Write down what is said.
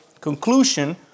conclusion